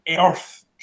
earth